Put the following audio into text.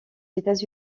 états